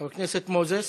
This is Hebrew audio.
חבר הכנסת מוזס,